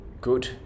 good